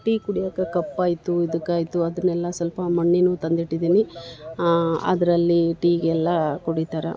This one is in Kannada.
ಟೀ ಕುಡ್ಯೋಕೆ ಕಪ್ ಆಯ್ತು ಇದ್ಕಾಯ್ತು ಅದನ್ನೆಲ್ಲ ಸ್ವಲ್ಪ ಮಣ್ಣಿನವು ತಂದಿಟ್ಟಿದ್ದೀನಿ ಅದರಲ್ಲಿ ಟೀಗೆ ಎಲ್ಲ ಕುಡಿತಾರೆ